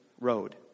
road